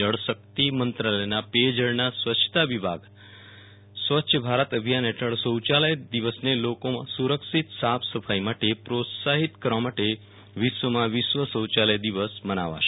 જળ શક્તિ મંત્રાલયના પેય જળના સ્વચ્છતા વિભાગ સ્વચ્છ ભારત અભિયાન હેઠળ શૌયાલય દિવસને લોકોમાં સુરક્ષિત સાફ સફાઈ માટે પ્રોત્સાહિત કરવા માટે વિશ્વમાં વિશ્વ શૌયાલય દિવસ મનાવાશે